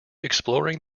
exploring